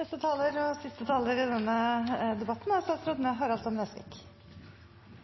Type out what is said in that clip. Undertegnede og representanten Grung deler veldig mange synspunkter i denne